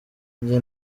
njye